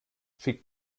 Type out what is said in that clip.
fick